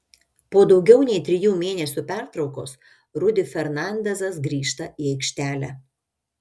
po daugiau nei trijų mėnesių pertraukos rudy fernandezas grįžta į aikštelę